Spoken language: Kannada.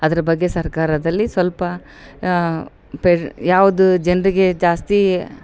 ಅದರ ಬಗ್ಗೆ ಸರ್ಕಾರದಲ್ಲಿ ಸ್ವಲ್ಪ ಪೆರ್ ಯಾವುದು ಜನರಿಗೆ ಜಾಸ್ತಿ